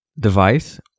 device